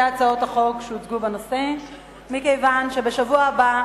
הצעות החוק שהוצגו בנושא מכיוון שבשבוע הבא,